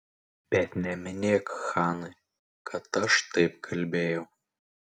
bet neminėk hanai kad aš taip kalbėjau